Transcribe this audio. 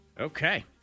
Okay